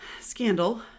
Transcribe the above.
scandal